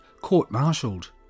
court-martialed